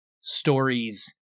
stories